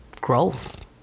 growth